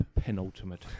Penultimate